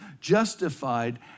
justified